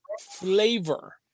flavor